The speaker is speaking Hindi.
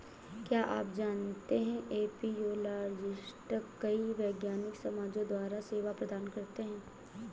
क्या आप जानते है एपियोलॉजिस्ट कई वैज्ञानिक समाजों द्वारा सेवा प्रदान करते हैं?